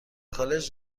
کالج